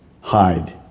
hide